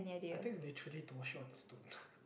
I think it's literally to wash it on a stone